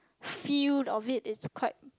feel of it it's quite